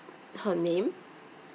her name